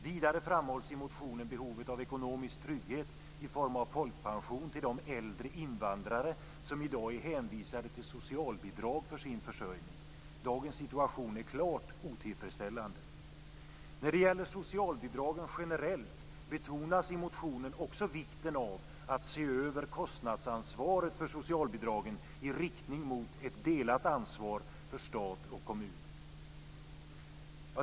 Vidare framhålls i motionen behovet av ekonomisk trygghet i form av folkpension till de äldre invandrare som i dag är hänvisade till socialbidrag för sin försörjning. Dagens situation är klart otillfredsställande. När det gäller socialbidragen generellt betonas i motionen också vikten av att se över kostnadsansvaret för socialbidragen i riktning mot ett delat ansvar för stat och kommun.